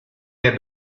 der